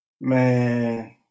man